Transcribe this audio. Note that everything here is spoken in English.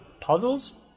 Puzzles